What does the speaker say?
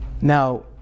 Now